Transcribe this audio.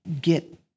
get